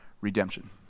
redemption